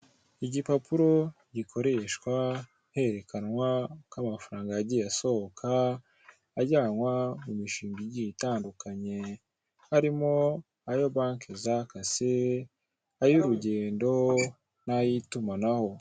Igipapuro gikoreshwa herekanwa uko amafaranga yagiye asohoka ajyanwa mu mishinga igiye itandukanye harimo ayo banke zakase, ay'urugendo n'ay'itumanaho.